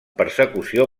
persecució